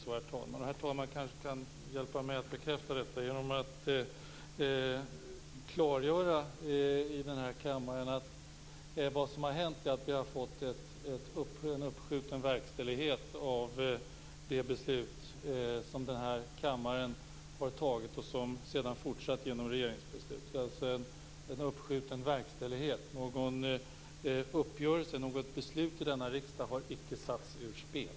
Herr talmannen kan kanske hjälpa mig med att bekräfta detta genom att i denna kammare klargöra vad som har hänt. Vi har alltså fått en uppskjuten verkställighet av det beslut som riksdagen har tagit och som sedan hanterats genom regeringsbeslut. Det handlar, som sagt, om en uppskjuten verkställighet. Någon uppgörelse, något beslut, i denna riksdag har icke satts ur spel.